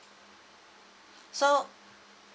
so